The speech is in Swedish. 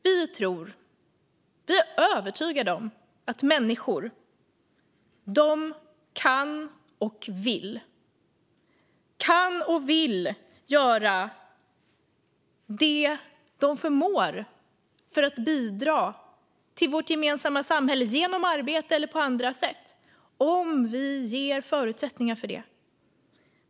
Vi är övertygade om att människor kan och vill göra det de förmår för att bidra till vårt gemensamma samhälle genom arbete eller på andra sätt om vi ger förutsättningar för det.